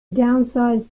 downsize